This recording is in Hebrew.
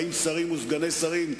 40 שרים וסגני שרים.